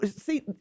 see